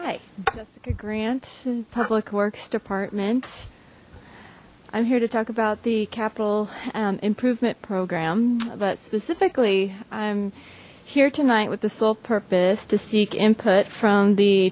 jessica grant public works department i'm here to talk about the capital improvement program but specifically i'm here tonight with the sole purpose to seek input from the